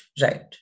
right